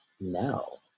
no